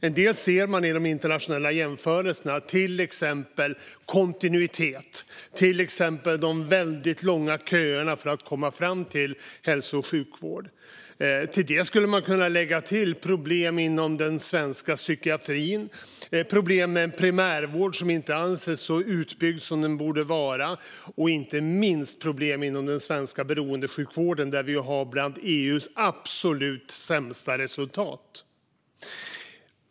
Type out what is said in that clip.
En del ser man vid internationella jämförelser, till exempel i fråga om kontinuitet och de väldigt långa köerna för att komma fram till hälso och sjukvård. Till detta skulle man kunna lägga till problem inom den svenska psykiatrin, problem med en primärvård som inte anses så utbyggd som den borde vara och inte minst problem inom den svenska beroendesjukvården, där vi har bland EU:s absolut sämsta resultat.